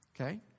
Okay